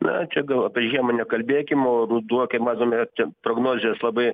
na čia gal apie žiemą nekalbėkim o ruduo kai matome ten prognozės labai